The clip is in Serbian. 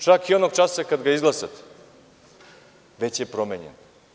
Čak i onog časa kada ga izglasate, već je promenjen.